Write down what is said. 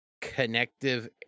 connective